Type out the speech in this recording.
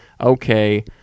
okay –